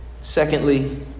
Secondly